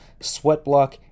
Sweatblock